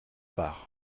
parts